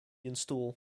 install